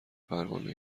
پروانه